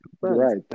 Right